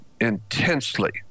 intensely